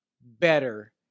better